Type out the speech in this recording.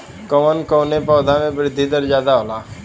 कवन कवने पौधा में वृद्धि दर ज्यादा होला?